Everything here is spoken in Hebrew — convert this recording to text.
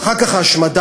ואחר כך ההשמדה,